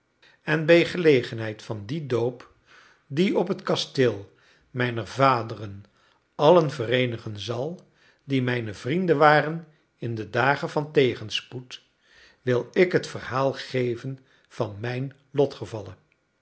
en bij gelegenheid van dien doop die op het kasteel mijner vaderen allen vereenigen zal die mijne vrienden waren in dagen van tegenspoed wil ik het verhaal geven van mijne lotgevallen